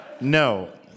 No